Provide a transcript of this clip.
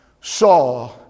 saw